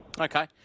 Okay